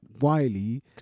Wiley